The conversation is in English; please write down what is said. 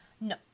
No